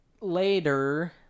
later